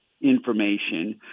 information